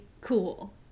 cool